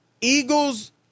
Eagles